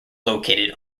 located